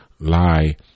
lie